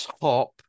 top